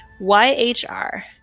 Y-H-R